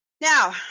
Now